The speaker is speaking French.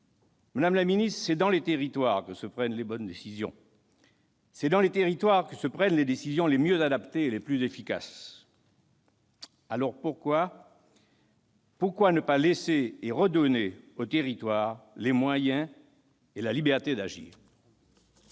opposés. C'est dans les territoires que se prennent les bonnes décisions, c'est dans les territoires que se prennent les décisions les mieux adaptées et les plus efficaces. Alors, pourquoi ne pas laisser et redonner aux territoires les moyens et la liberté d'agir ?